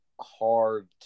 hard